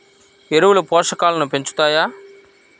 ఎరువులు పోషకాలను పెంచుతాయా?